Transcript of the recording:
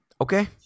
Okay